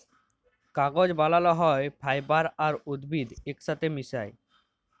কাগজ বালাল হ্যয় ফাইবার আর উদ্ভিদ ইকসাথে মিশায়